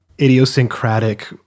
idiosyncratic